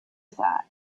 side